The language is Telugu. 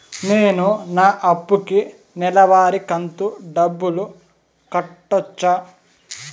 నేను నా అప్పుకి నెలవారి కంతు డబ్బులు కట్టొచ్చా?